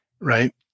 Right